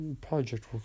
project